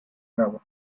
bravo